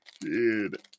Dude